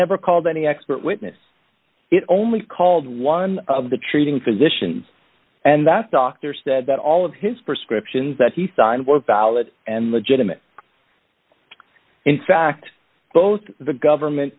never called any expert witness it only called one of the treating physicians and that doctor said that all of his prescriptions that he signed work valid and legitimate in fact both the government